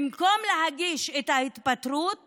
במקום להגיש את ההתפטרות